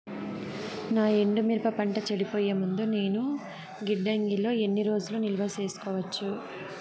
నా ఎండు మిరప పంట చెడిపోయే ముందు నేను గిడ్డంగి లో ఎన్ని రోజులు నిలువ సేసుకోవచ్చు?